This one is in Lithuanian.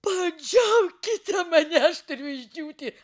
padžiaukite mane aš turiu išdžiūti